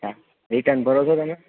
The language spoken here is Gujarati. હા રિટર્ન ભરો છો તમે